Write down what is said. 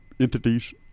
Entities